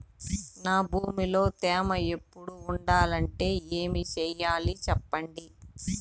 నా భూమిలో తేమ ఎప్పుడు ఉండాలంటే ఏమి సెయ్యాలి చెప్పండి?